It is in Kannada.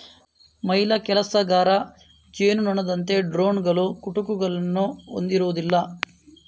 ಮಹಿಳಾ ಕೆಲಸಗಾರ ಜೇನುನೊಣದಂತೆ ಡ್ರೋನುಗಳು ಕುಟುಕುಗಳನ್ನು ಹೊಂದಿರುವುದಿಲ್ಲ